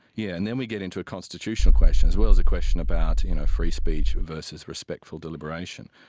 yeah and then we get into a constitutional question, as well as a question about you know free speech versus respectful deliberation.